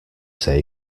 say